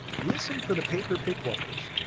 listen for the paper-pick rollers.